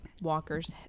walker's